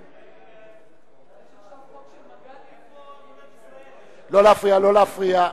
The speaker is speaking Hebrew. בבקשה, לא להפריע.